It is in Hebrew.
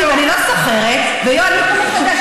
תקשיב, אני לא סוחרת, ויואל, סוחרת,